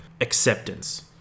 acceptance